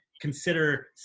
consider